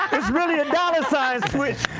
it's really a dollar sign switch.